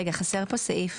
רגע, חסר פה סעיף.